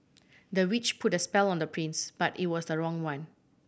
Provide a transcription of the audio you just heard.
the witch put a spell on the prince but it was the wrong one